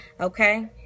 okay